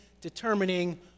determining